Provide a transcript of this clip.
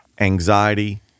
anxiety